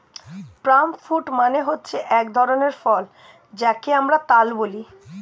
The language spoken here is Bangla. পাম ফ্রুট মানে হচ্ছে এক ধরনের ফল যাকে আমরা তাল বলি